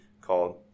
called